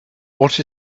what